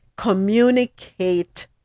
communicate